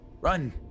run